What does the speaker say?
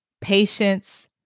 patience